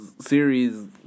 series